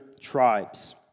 tribes